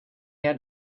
had